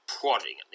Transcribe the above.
prodding